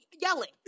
yelling